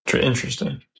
Interesting